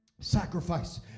sacrifice